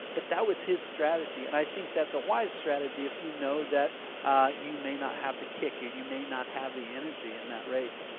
but that was his strategy, and i think that's a wise strategy if you know that you may not have the kick, you you may not have the energy in that race.